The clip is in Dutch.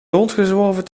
rondgezworven